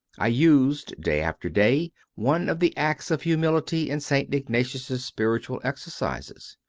i used, day after day, one of the acts of humility in st. ignatius s spiritual exercises.